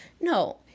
No